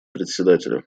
председателя